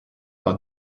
par